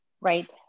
right